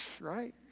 right